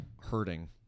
hurting